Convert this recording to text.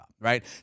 Right